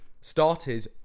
started